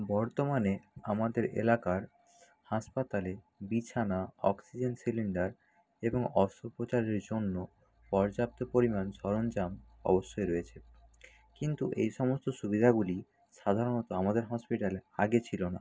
বর্তমানে আমাদের এলাকার হাসপাতালে বিছানা অক্সিজেন সিলিণ্ডার এবং অস্ত্রোপচারের জন্য পর্যাপ্ত পরিমাণ সরঞ্জাম অবশ্যই রয়েছে কিন্তু এই সমস্ত সুবিধাগুলি সাধারণত আমাদের হসপিটালে আগে ছিল না